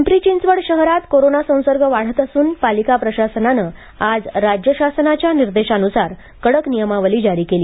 पिंपरी चिंचवड शहरात कोरोना संसर्ग वाढत असून पालिका प्रशासनाने आज राज्य शासनाच्या निर्देशानुसार कडक नियमावली जारी केली